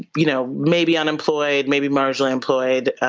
you know maybe unemployed, maybe marginally employed,